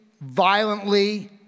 Violently